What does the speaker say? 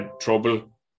trouble